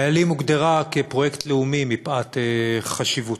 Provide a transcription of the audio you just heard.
"איילים" הוגדרה פרויקט לאומי, מפאת חשיבותה,